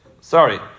Sorry